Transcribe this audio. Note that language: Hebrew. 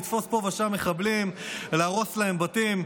לתפוס פה ושם מחבלים ולהרוס להם בתים,